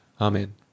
Amen